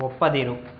ಒಪ್ಪದಿರು